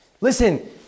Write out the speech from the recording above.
Listen